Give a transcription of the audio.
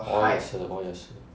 我也是我也是